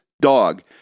dog